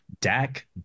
Dak